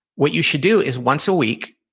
what you should do is, once a week,